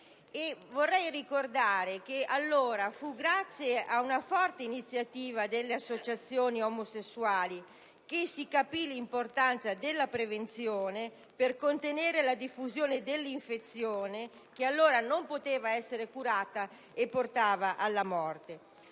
Vorrei ricordare che allora fu grazie ad una forte iniziativa delle associazioni omosessuali che si capì l'importanza della prevenzione per contenere la diffusione dell'infezione che a quel tempo non poteva essere curata e portava alla morte.